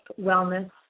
wellness